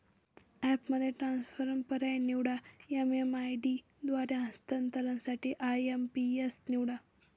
ॲपमध्ये ट्रान्सफर पर्याय निवडा, एम.एम.आय.डी द्वारे हस्तांतरणासाठी आय.एम.पी.एस निवडा